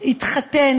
התחתן,